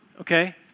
okay